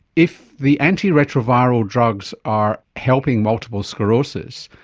if the antiretroviral drugs are helping multiple sclerosis,